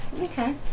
Okay